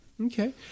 okay